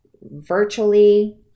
virtually